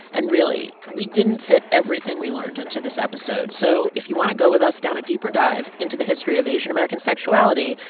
and really, we didn't fit everything we learned into this episode. so if you want to go with us down a deeper dive into the history of asian-american sexuality,